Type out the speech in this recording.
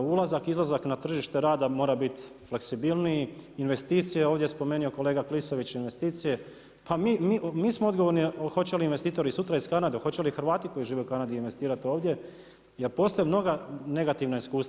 Ulazaka i izlazak na tržište rada mora biti fleksibilniji, investicije, ovdje je spomenuo kolega Klisović investicije, pa mi smo odgovorni hoće li investitori sutra iz Kanade, hoće li Hrvati koji žive u Kanadi investirati ovdje, postoje mnoga negativna iskustva.